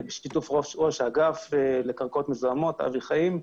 בשיתוף ראש האגף לקרקעות מזוהמות אבי חיים.